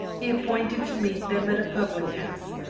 he appointed to meet them at a public-house,